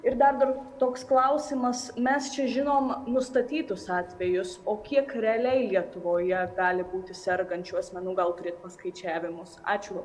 ir dar toks klausimas mes čia žinom nustatytus atvejus o kiek realiai lietuvoje gali būti sergančių asmenų gal turit paskaičiavimus ačiū